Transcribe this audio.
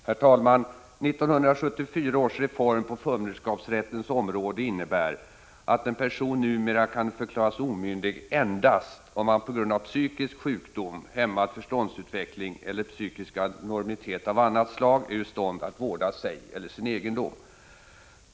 Herr talman! 1974 års reform på förmynderskapsrättens område innebär att en person numera kan förklaras omyndig endast om han på grund av psykisk sjukdom, hämmad förståndsutveckling eller psykisk abnormitet av annat slag är ur stånd att vårda sig eller sin egendom.